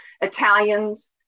Italians